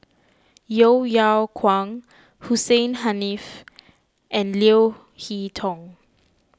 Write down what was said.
Yeo Yeow Kwang Hussein Haniff and Leo Hee Tong